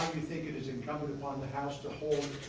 think it is incumbent upon the house to hold